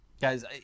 Guys